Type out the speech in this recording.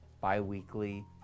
bi-weekly